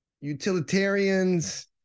utilitarians